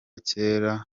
kera